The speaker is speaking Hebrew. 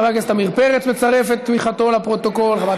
חבר הכנסת עמיר פרץ מצרף את תמיכתו, לפרוטוקול,